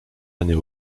années